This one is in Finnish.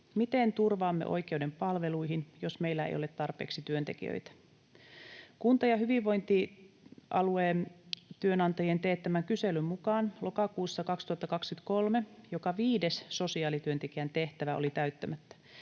Miten turvaamme oikeuden palveluihin, jos meillä ei ole tarpeeksi työntekijöitä? Kunta- ja hyvinvointialuetyönantajien teettämän kyselyn mukaan lokakuussa 2023 joka viides sosiaalityöntekijän tehtävä oli täyttämättä.